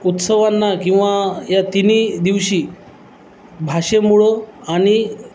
उत्सवांना किंवा या तिन्ही दिवशी भाषेमुूळं आणि